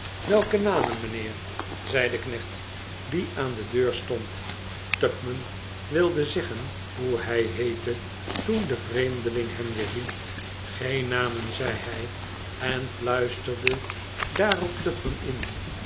welke namen mijnheer zei de knecht die aan de deur stond tupman wilde zeggen hoe hij heette toen de vreemdeling hem weerhield geen namen zei hij en fluisterde daarop tupman in